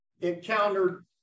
encountered